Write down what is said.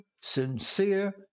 sincere